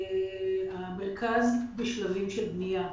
המרכז בשלבים של בנייה.